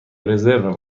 رزرو